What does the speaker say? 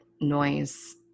noise